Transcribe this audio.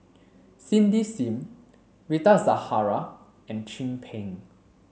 Cindy Sim Rita Zahara and Chin Peng